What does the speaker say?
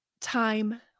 time